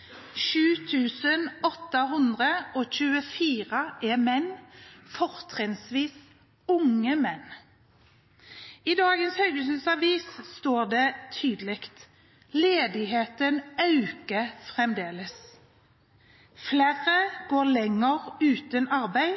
824 er menn, fortrinnsvis unge menn. I dagens Haugesunds Avis står det tydelig: Ledigheten øker fremdeles. Flere går lenge uten arbeid.